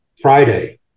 Friday